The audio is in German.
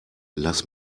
lass